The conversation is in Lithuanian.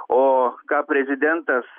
o ką prezidentas